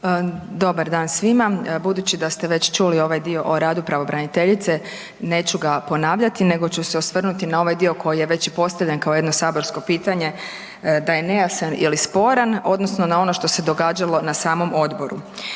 Dobar dan svima, budući da ste već čuli ovaj dio o radu pravobraniteljice, neću ga ponavljati nego ću se osvrnuti na ovaj dio već postavljen kao jedno saborsko pitanje a je nejasan ili sporan odnosno na ono što se događalo na samom odboru.